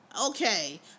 okay